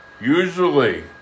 usually